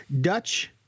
Dutch